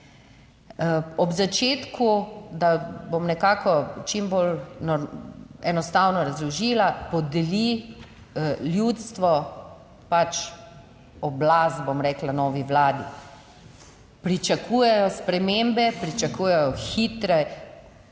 Ob začetku, da bom nekako čim bolj enostavno razložila, podeli ljudstvo pač oblast, bom rekla, novi vladi, pričakujejo spremembe, pričakujejo hitre, čim